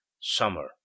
Summer